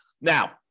Now